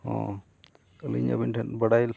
ᱦᱮᱸ ᱟᱹᱞᱤᱧ ᱟᱵᱤᱱ ᱴᱷᱮᱱ ᱵᱟᱲᱟᱭ